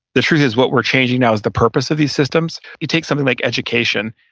the truth is what we're changing now is the purpose of these systems. you take something like education,